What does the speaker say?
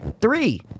three